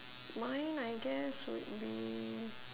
mine I guess would be